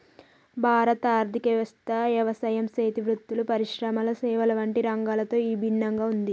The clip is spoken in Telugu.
భారత ఆర్థిక వ్యవస్థ యవసాయం సేతి వృత్తులు, పరిశ్రమల సేవల వంటి రంగాలతో ఇభిన్నంగా ఉంది